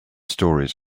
stories